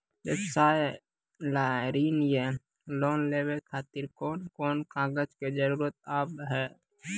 व्यवसाय ला ऋण या लोन लेवे खातिर कौन कौन कागज के जरूरत हाव हाय?